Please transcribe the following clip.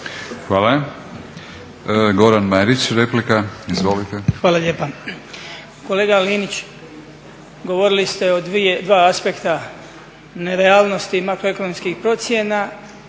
Hvala. Goran Marić, replika. Izvolite. **Marić, Goran (HDZ)** Hvala lijepa. Kolega Linić, govorili ste o dva aspekta, nerealnosti makroekonomskih procjena